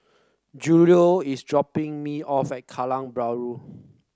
Julio is dropping me off at Kallang Bahru